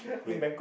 wait